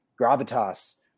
gravitas